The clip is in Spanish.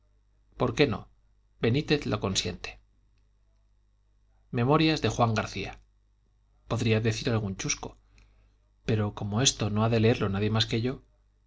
por qué no benítez lo consiente memorias de juan garcía podría decir algún chusco pero como esto no ha de leerlo nadie más que yo